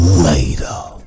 later